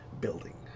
building